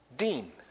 Dean